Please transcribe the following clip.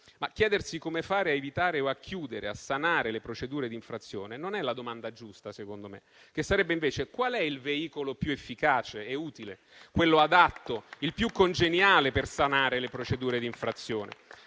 Chiedersi come fare a evitare o a chiudere e a sanare le procedure di infrazione non è la domanda giusta, secondo me, che sarebbe invece: qual è il veicolo più efficace e utile, quello adatto, il più congeniale per sanare le procedure di infrazione?